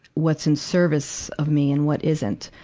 what's in service of me and what isn't.